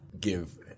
give